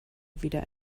wieder